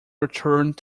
returned